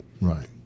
right